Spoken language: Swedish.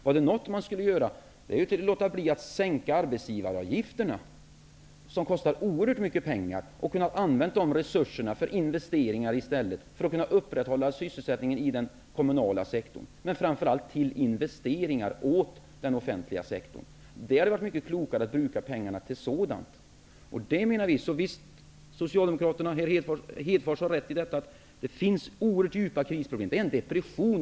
Är det någonting man skall göra är det att låta bli att sänka arbetsgivaravgifterna, som kostar oerhört mycket, och använda resurserna till investeringar för att upprätthålla sysselsättningen inom den kommunala sektorn och framför allt till investeringar inom den offentliga sektorn. Det hade varit mycket klokare att använda pengarna till sådant. Visst har Socialdemokraterna rätt i att det är en oerhört djup kris.